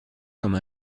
comme